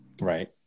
right